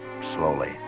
slowly